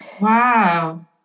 Wow